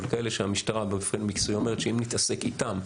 אבל כאלה שהמשטרה באופן מקצועי אומרת שאם נתעסק איתם,